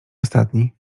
ostatni